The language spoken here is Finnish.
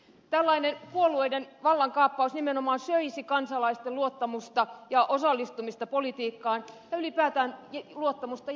tällainen puolueiden vallankaappaus nimenomaan söisi kansalaisten luottamusta ja osallistumista politiikkaan ja ylipäätään luottamusta järjestelmään